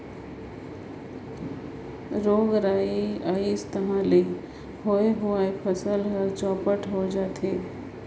रोग राई अइस तहां ले होए हुवाए फसल हर चैपट होए जाथे